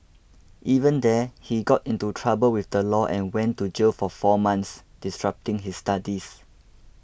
even there he got into trouble with the law and went to jail for four months disrupting his studies